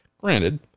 Granted